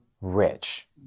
rich